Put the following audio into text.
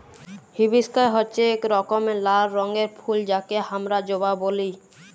hibiscus হচ্যে এক রকমের লাল রঙের ফুল যাকে হামরা জবা ব্যলি